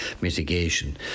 mitigation